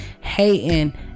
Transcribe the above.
hating